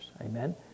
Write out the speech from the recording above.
Amen